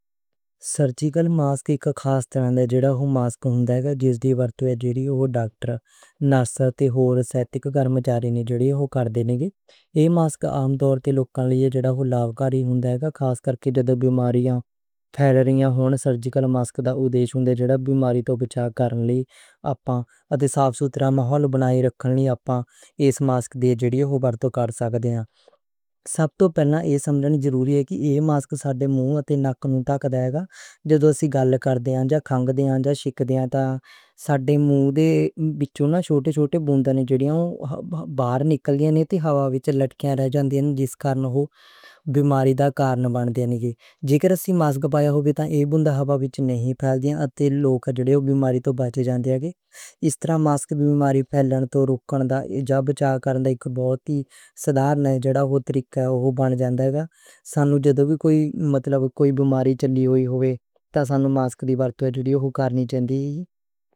Surgical mask اک خاص طرح دا ماسک ہوندا ہے جس دی ورتوں ڈاکٹر، نرس تے ہور صحت دے کرمچاری کردے نیں۔ ایہ ماسک عام طور تے لوکاں لئی لابھکاری ہوندا ہے۔ خاص کر جدوں بیماریاں پھیلدیاں نیں، سرجیکل ماسک دا مقصد ایہ ہوندا ہے کہ بیماری توں بچاؤ لئی اپاں اتے صاف ستھرا ماحول بنائے رکھنا، اس ماسک دی افادیت کر سکدا ہے۔ سب توں پہلاں ایہ سمجھن ضروری ہے کہ ایہ ماسک اپنا منہ تے ناک ڈھکدا ہے، تے جدوں کسے نال گل کریے، خاص طور تے چھینک دیاں یا ساڈے منہ دے وچوں نکلن والیاں چھوٹی چھوٹی بوندانوں، جیہڑیاں باہر نکل کے ہوا وچ لٹکدیاں نیں تے بیماری دا سبب بن دیاں، روکدا ہے۔ جے کر اسی ماسک پایا ہووے، تے ایہ بندے توں ہوا وچ نہیں پھیلن دیندا تے لوک بیماریاں توں بچ جان دے نیں؛ اس طرح ماسک بیماری دے پھیلاؤ نوں روکدا ہے۔ جد تک معمولی ہے، اوہ طریقہ مشکل بن جاوے گا۔ سانوں جاوی وی بیماری ہووے تے سانوں ماسک دی ورتوں ضروری ہے۔